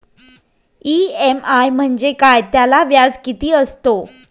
EMI म्हणजे काय? त्याला व्याज किती असतो?